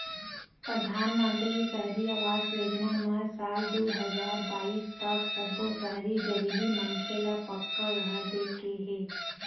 परधानमंतरी सहरी आवास योजना म साल दू हजार बाइस तक सब्बो सहरी गरीब मनखे ल पक्का घर दे के हे